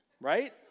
Right